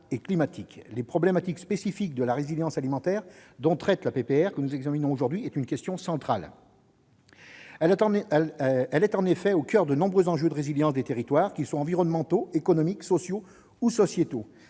La problématique spécifique de la résilience alimentaire, objet de la proposition de résolution que nous examinons aujourd'hui, est une question centrale. Elle est en effet au coeur de nombreux enjeux de résilience de nos territoires, tant environnementaux qu'économiques, sociaux ou sociétaux